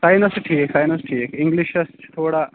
science چھُ ٹھیٖک science چھُ ٹھیٖک اِنٛگلِشس چھُ تھوڑا